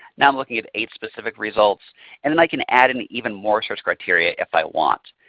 now i'm looking at eight specific results and then i can add in even more search criteria if i want.